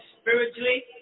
spiritually